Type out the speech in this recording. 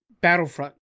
Battlefront